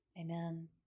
Amen